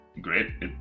Great